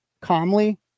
calmly